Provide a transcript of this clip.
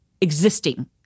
existing